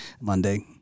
Monday